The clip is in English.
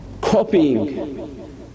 copying